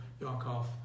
Yakov